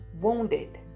wounded